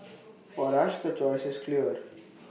for us the choice is clear